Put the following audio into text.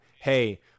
hey